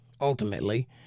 ultimately